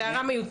זו הערה מיותרת.